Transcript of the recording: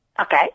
Okay